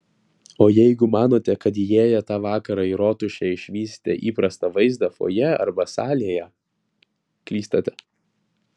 o jeigu manote kad įėję tą vakarą į rotušę išvysite įprastą vaizdą fojė arba salėje klystate